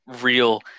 real